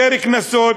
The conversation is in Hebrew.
יותר קנסות,